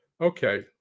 okay